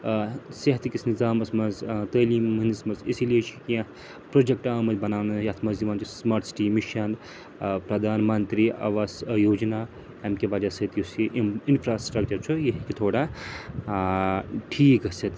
ٲں صحتہٕ کِس نِظامَس منٛز ٲں تعلیٖم منٛز اسی لیے چھِ کیٚنٛہہ پرٛوجیٚکٹہٕ آمِتۍ بَناونہٕ یَتھ منٛز یِوان چھُ سُماٹ سِٹی مِشَن ٲں پردھان مَنترٛی آواس ٲں یوجنا اَمہِ کہِ وَجہ سۭتۍ یُس یہِ اِنفراسِٹرکچَر چھُ یہِ ہیٚکہِ تھوڑا ٲں ٹھیٖک گٔژھِتھ